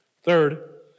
Third